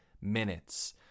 minutes